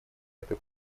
это